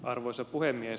arvoisa puhemies